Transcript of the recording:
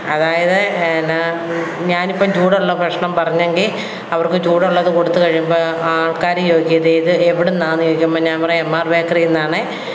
അതായത് നാ ഞാനിപ്പം ചൂടുള്ള ഭക്ഷണം പറഞ്ഞെങ്കിൽ അവർക്കു ചൂടുള്ളത് കൊടുത്തു കഴിയുമ്പോൾ ആൾക്കാർ ചോദിക്കും ഇതേത് എവിടെ നിന്നാന്ന് ചോദിക്കുമ്പോൾ ഞാൻ പറയും എമ്മാർ ബേക്കറിയിൽ നിനാന്നെ